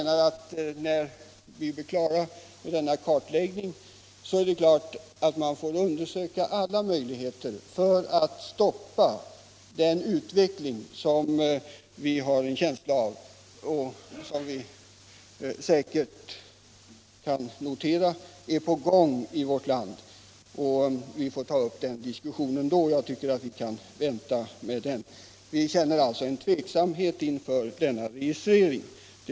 När vi blir klara med kartläggningen får vi undersöka alla möjligheter att stoppa den utveckling som vi kan notera är på gång i vårt land. Vi får ta upp den diskussionen då — jag tycker att vi kan vänta med den. Men jag vill gärna redan nu ha sagt att vi känner tveksamhet inför denna registrering.